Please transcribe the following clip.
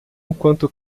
enquanto